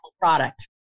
product